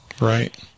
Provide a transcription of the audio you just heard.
Right